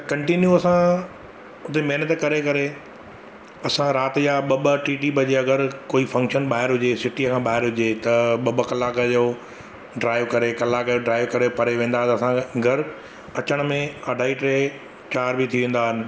त कंटिनियूं असां उते महिनतु करे करे असां राति जा ॿ ॿ टी टी बजे अगरि कोई फंक्शन ॿाहिरि हुजे सिटीअ खां ॿाहिरि हुजे त ॿ ॿ कलाक जो ड्राइव करे कलाक जो ड्राइव करे परे वेंदासि असां सां घरु अचण में अढाई टे चारि बि थी वेंदा आहिनि